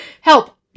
help